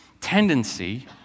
tendency